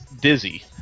dizzy